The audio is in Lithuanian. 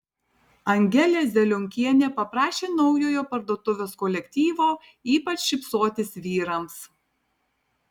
angelė zelionkienė paprašė naujojo parduotuvės kolektyvo ypač šypsotis vyrams